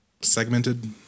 segmented